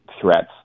threats